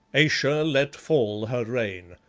ayesha let fall her rein.